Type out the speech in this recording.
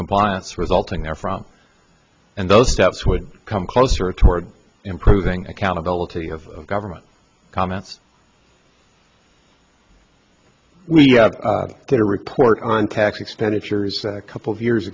compliance resulting therefrom and those steps would come closer toward improving accountability of government comments we did a report on tax expenditures a couple of years